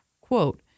quote